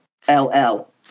LL